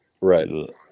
Right